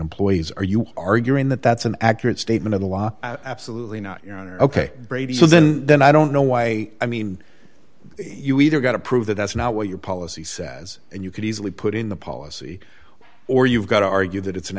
employees are you arguing that that's an accurate statement of the law absolutely not you know ok brady so then then i don't know why i mean you either got to prove that that's not what your policy says and you can easily put in the policy or you've got to argue that it's an